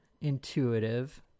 intuitive